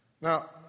Now